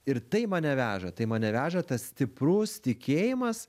ir tai mane veža tai mane veža tas stiprus tikėjimas